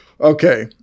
Okay